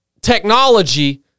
technology